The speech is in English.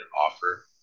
offer